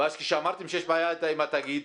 ואז כשאמרתם שיש בעיה עם התאגיד,